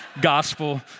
gospel